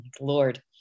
Lord